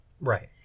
right